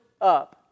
up